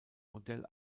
modell